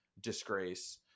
disgrace